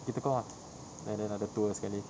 pergi tekong ah and then ada tour sekali